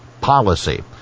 policy